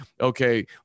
okay